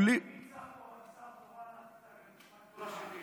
שר תורן, אל דאגה, תמיד מקשיב.